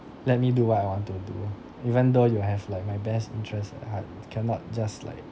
let me do what I want to do even though you have like my best interest at heart you cannot just like